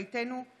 ראש הממשלה המיועד.